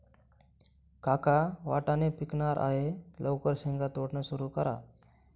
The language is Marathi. काका वाटाणे पिकणार आहे लवकर शेंगा तोडणं सुरू करा